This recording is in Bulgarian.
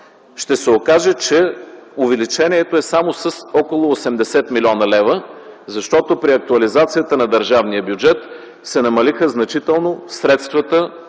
ще се окаже, че увеличението е само с около 80 млн. лв., защото при актуализацията на държавния бюджет се намалиха значително средствата,